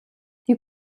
die